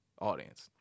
audience